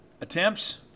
attempts